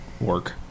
work